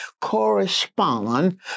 correspond